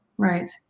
Right